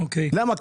למה?